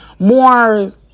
More